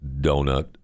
donut